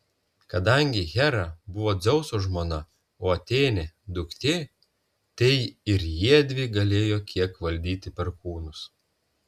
kadangi hera buvo dzeuso žmona o atėnė duktė tai ir jiedvi galėjo kiek valdyti perkūnus